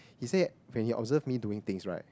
he said when he observed me doing things right